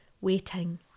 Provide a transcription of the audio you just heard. waiting